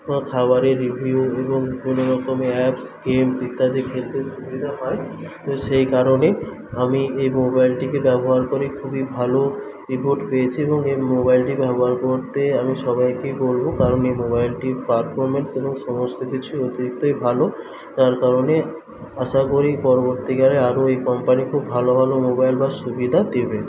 কোনো খাবারের রিভিউ এবং কোনোরকমের অ্যাপস গেমস ইত্যাদি খেলতে সুবিধা হয় তো সেই কারণে আমি এই মোবাইলটিকে ব্যবহার করে খুবই ভালো রিপোর্ট পেয়েছি এবং এই মোবাইলটি ব্যবহার করতে আমি সবাইকেই বলব কারণ এই মোবাইলটির পারফরম্যান্স এবং সমস্ত কিছুই অতিরিক্তই ভালো তার কারণে আশা করি পরবর্তীকালে আরও এই কোম্পানি খুব ভালো ভালো মোবাইল বা সুবিধা দেবে